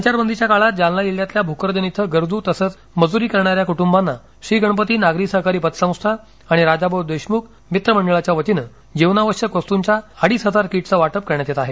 संचारबंदीच्या काळात जालना जिल्ह्यातल्या भोकरदन इथं गरजू तसचं मजुरी करणाऱ्या कुटुंबांना श्रीग़णपती नागरी सहकारी पतसंस्था आणि राजाभाऊ देशमुख मित्रमंडळाच्यावतीनं जीवनावश्यक वस्तुंच्या अडीच हजार कीटच वाटप करण्यात येत आहे